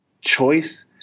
choice